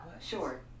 Sure